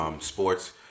sports